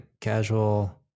casual